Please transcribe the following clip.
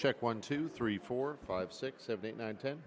check one two three four five six seven eight nine ten